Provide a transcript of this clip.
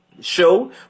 show